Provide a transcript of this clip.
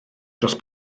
dros